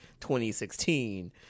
2016